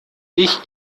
ich